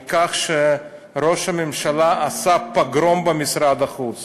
על כך שראש הממשלה עשה פוגרום במשרד החוץ,